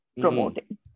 promoting